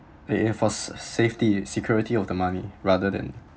reinforce safety security of the money rather than